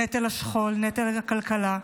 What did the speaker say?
נטל השכול, נטל הכלכלה.